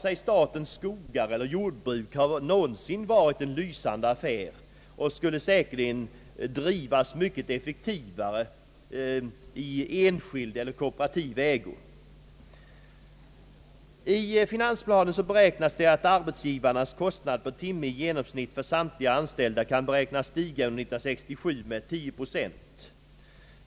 Varken statens skogar eller jordbruk har någonsin varit en lysande affär och skulle säkerligen drivas mycket effektivare i enskild eller kooperativ ägo. I finansplanen beräknas att arbetsgivarnas kostnader per timme i genomsnitt för samtliga anställda kan beräknas stiga under år 1967 med 10 procent.